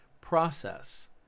process